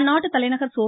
அந்நாட்டு தலைநகர் ஸோ